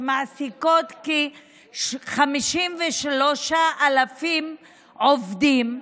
שמעסיקות כ-53,000 עובדים,